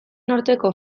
norteko